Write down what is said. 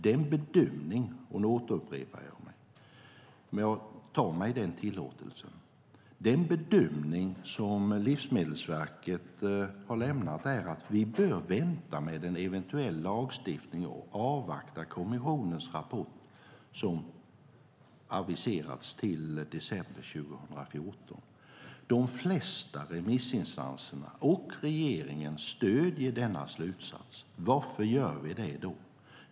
Jag tillåter mig att upprepa bedömningen. Den bedömning som Livsmedelsverket har lämnat är att vi bör vänta med en eventuell lagstiftning och avvakta kommissionens rapport som aviserats till december 2014. De flesta remissinstanserna och regeringen stöder denna slutsats. Varför gör vi det?